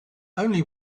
only